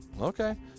Okay